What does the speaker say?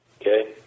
Okay